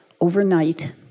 overnight